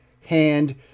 hand